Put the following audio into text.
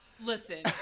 Listen